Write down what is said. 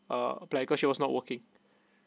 uh apply cause she was not working